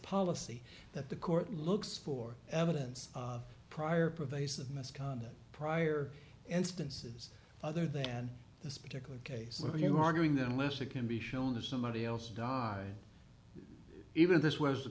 policy that the court looks for evidence of prior pervasive misconduct prior instances other than this particular case are you arguing that unless it can be shown that somebody else died even this was the